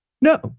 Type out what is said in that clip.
no